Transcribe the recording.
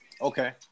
okay